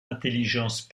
intelligence